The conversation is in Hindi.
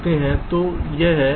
तो यह है